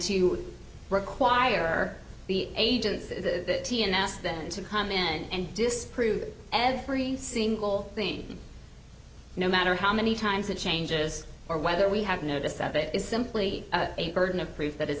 to require the agents that asked them to come in and disprove every single thing no matter how many times it changes or whether we have noticed that it is simply a burden of proof that is